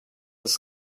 his